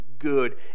good